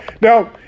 Now